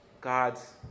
God's